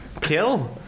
Kill